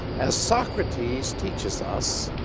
as socrates teaches us,